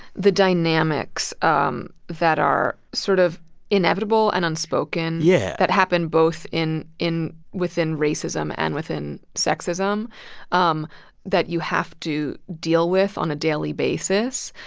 the dynamics um that are sort of inevitable and unspoken. yeah. that happen both in in within racism and within sexism um that you have to deal with on a daily basis.